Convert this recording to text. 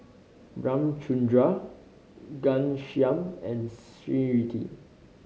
Ramchundra Ghanshyam and Smriti